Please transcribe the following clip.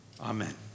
Amen